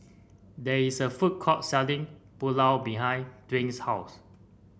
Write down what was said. there is a food court selling Pulao behind Dwight's house